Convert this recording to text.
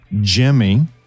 Jimmy